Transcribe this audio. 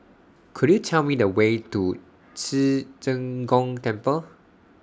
Could YOU Tell Me The Way to Ci Zheng Gong Temple